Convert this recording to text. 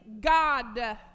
God